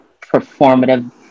performative